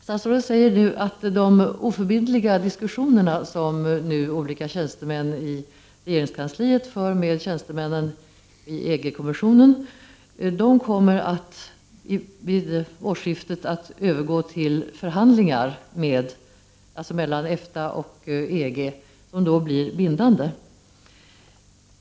Statsrådet säger att de oförbindliga diskussioner som nu olika tjänstemän i regeringskansliet för med tjänstemän i EG-kommissionen vid årsskiftet kommer att övergå till förhandlingar mellan EFTA och EG, som blir bindande.